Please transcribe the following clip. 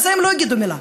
על זה הם לא יגידו מילה.